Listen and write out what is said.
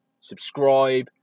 subscribe